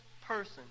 person